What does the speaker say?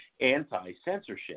anti-censorship